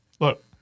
Look